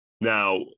Now